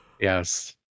Yes